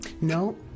No